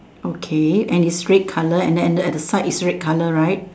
okay and it's red color and then and then at the side is red color right